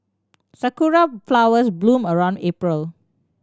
sakura flowers bloom around April